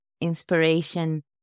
inspiration